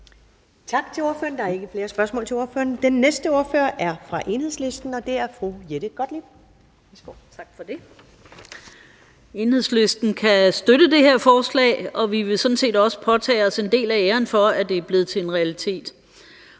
Enhedslisten kan støtte det her forslag, og vi vil sådan set også påtage os en del af æren for, at det er blevet til en realitet.